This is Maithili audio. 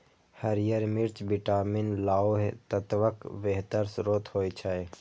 हरियर मिर्च विटामिन, लौह तत्वक बेहतर स्रोत होइ छै